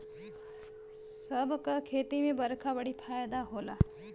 सब क खेती में बरखा बड़ी फायदा होला